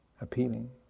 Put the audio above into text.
appealing